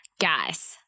Guys